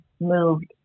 moved